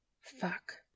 Fuck